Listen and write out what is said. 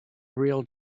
real